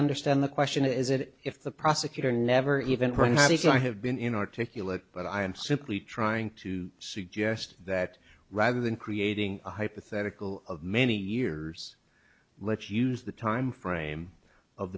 understand the question is it if the prosecutor never even heard of this i have been inarticulate but i am simply trying to suggest that rather than creating a hypothetical of many years let's use the time frame of